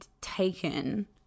taken